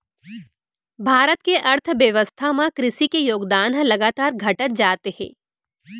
भारत के अर्थबेवस्था म कृसि के योगदान ह लगातार घटत जात हे